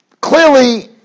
Clearly